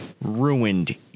ruined